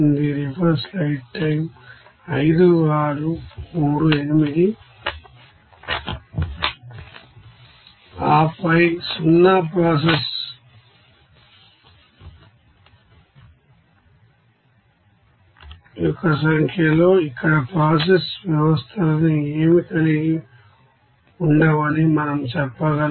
ఆపై number of degrees of freedom సంఖ్య యొక్క సంఖ్య 0 లో ఇక్కడ ప్రాసెస్ వ్యవస్థలు ఏవీ కలిగి ఉండవని మనం చెప్పగలం